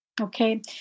Okay